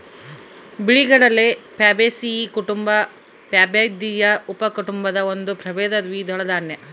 ಬಿಳಿಗಡಲೆ ಪ್ಯಾಬೇಸಿಯೀ ಕುಟುಂಬ ಪ್ಯಾಬಾಯ್ದಿಯಿ ಉಪಕುಟುಂಬದ ಒಂದು ಪ್ರಭೇದ ದ್ವಿದಳ ದಾನ್ಯ